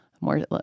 more